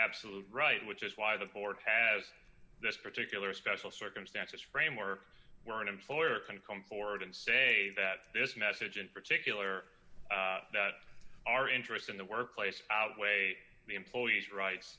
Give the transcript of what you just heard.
absolute right which is why the board has this particular special circumstances frameworks where an employer can come forward and say that this message in particular that our interests in the workplace outweigh the employee's rights